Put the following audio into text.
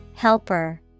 Helper